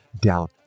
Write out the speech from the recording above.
down